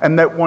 and that one